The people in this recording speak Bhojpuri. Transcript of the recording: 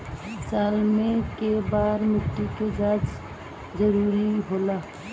साल में केय बार मिट्टी के जाँच जरूरी होला?